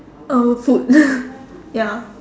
uh food ya